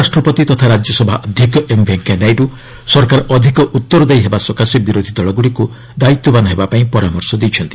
ଉପରାଷ୍ଟ୍ରପତି ତଥା ରାଜ୍ୟସଭା ଅଧ୍ୟକ୍ଷ ଏମ୍ ଭେଙ୍କିୟା ନାଇଡୁ ସରକାର ଅଧିକ ଉତ୍ତରଦାୟୀ ହେବା ସକାଶେ ବିରୋଧି ଦଳଗୁଡ଼ିକୁ ଦାୟିତ୍ୱବାନ୍ ହେବାକୁ ପରାମର୍ଶ ଦେଇଛନ୍ତି